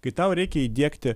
kai tau reikia įdiegti